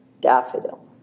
daffodil